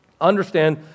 Understand